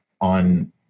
on